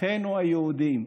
אחינו היהודים,